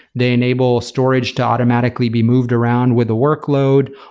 they enable storage to automatically be moved around with the workload.